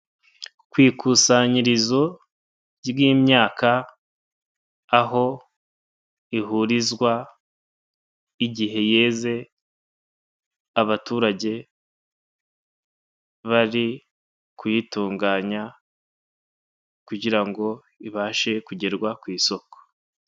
Ku ikusanyirizo ry'imyaka, aho ihurizwa igihe yeze, abaturage bari kuyitunganya, kugira ngo ibashe kugezwa ku isoko.